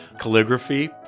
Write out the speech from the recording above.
calligraphy